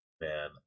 Man